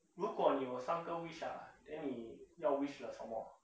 如果有三个 wish ah then 你要 wish 了什么